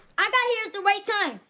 i got here at the right time!